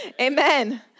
Amen